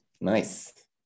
Nice